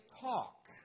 talk